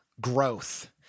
growth